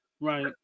Right